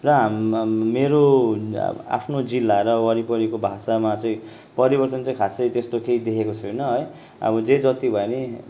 र हाममाम मेरो आफ्नो जिल्ला र वरिपरिको भाषामा चाहिँ परिवर्तन चाहिँ खासै त्यस्तो केही देखेको छैन है अब जे जति भए पनि